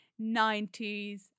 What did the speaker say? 90s